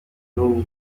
b’uwo